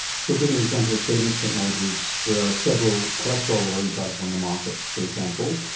so give me an example of savings technologies. there are several cholesterol lowering drugs on the market, for example.